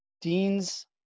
Dean's